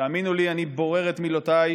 תאמינו לי, אני בורר את מילותיי,